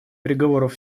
переговоров